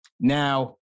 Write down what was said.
Now